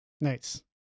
Nice